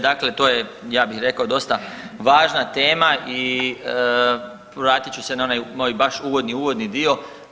Dakle, to je ja bih rekao dosta važna tema i vratit ću se na onaj baš uvodni, uvodni dio.